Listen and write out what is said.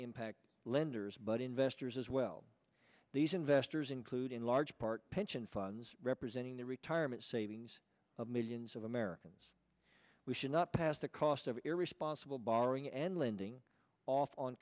impact lenders but investors as well these investors include in large part pension funds representing the retirement save of millions of americans we should not pass the cost of irresponsible borrowing and lending off on